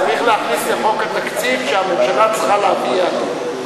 צריך להכניס לחוק התקציב שהממשלה צריכה להביא יעדים.